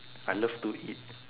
I love to eat